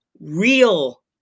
real